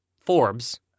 Forbes